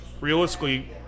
realistically